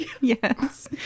Yes